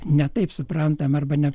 ne taip suprantam arba ne